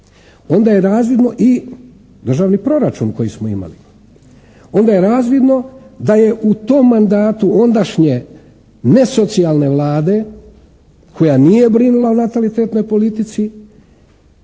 onda je razvidno i državni proračun koji smo imali. Onda je razvidno da je u tom mandatu ondašnje nesocijalne Vlade koja nije brinula o natalitetnoj politici